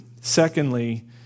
Secondly